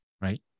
right